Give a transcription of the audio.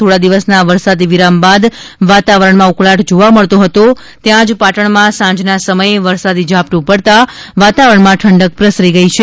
થોડા દિવસના વરસાદી વિરામ બાદ વાતાવરણમાં ઉકળાટ જોવા મળતો હતો ત્યાંજ પાટણમાં સાંજના સમયે વરસાદી ઝાપ્ટુ પડતા વાતાવરણમાં ઠંડક પ્રસરી ગઇ હતી